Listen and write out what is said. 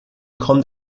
kommt